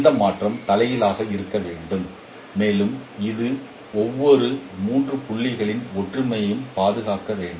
இந்த மாற்றம் தலைகீழாக இருக்க வேண்டும் மேலும் இது ஒவ்வொரு 3 புள்ளிகளின் ஒற்றுமையையும் பாதுகாக்க வேண்டும்